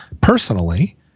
personally